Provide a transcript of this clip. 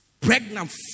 Pregnant